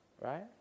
right